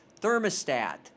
thermostat